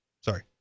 Sorry